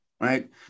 right